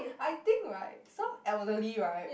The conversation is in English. I think right some elderly right